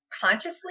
consciously